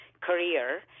career